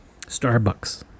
starbucks